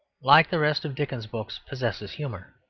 like the rest of dickens's books, possesses humour.